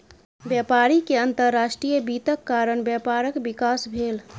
व्यापारी के अंतर्राष्ट्रीय वित्तक कारण व्यापारक विकास भेल